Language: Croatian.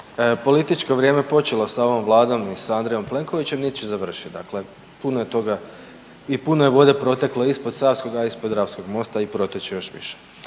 političko vrijeme počelo sa ovom Vladom ni sa Andrejom Plenkovićem, niti će završiti. Dakle, puno je toga i puno je vode proteklo ispod savskog, a i ispod dravskog mosta i proteći će još više.